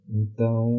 então